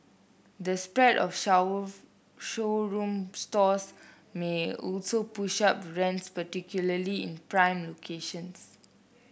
the spread of showroom stores may also push up rents particularly in prime locations